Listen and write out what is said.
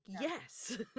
yes